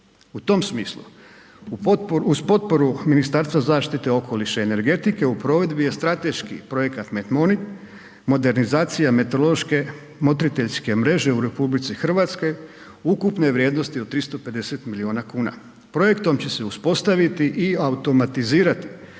U tom smislu uz potporu Ministarstva zaštite okoliša i energetike u provedbi je strateški projekat METMONIC modernizacija meteorološke motriteljske mreže u RH ukupne vrijednosti od 350 miliona kuna. Projektom će se uspostaviti i automatizirati